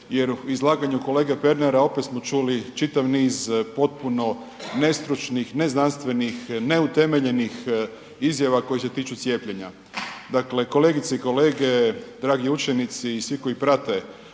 jer u izlaganju kolege Pernara opet smo čuli čitav niz potpuno nestručnih, neznanstvenih, neutemeljenih izjava koje se tiču cijepljenja. Dakle kolegice i kolege, dragi učenici i svi koji prate